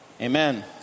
Amen